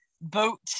boat